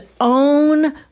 own